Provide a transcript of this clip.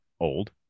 old